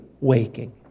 waking